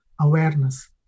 awareness